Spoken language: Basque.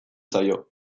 zaio